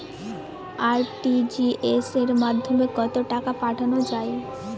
RTGS এর মাধ্যমে কত টাকা পাঠানো যায়?